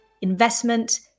investment